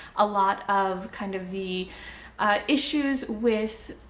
a lot of kind of the issues with